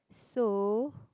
so